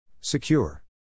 Secure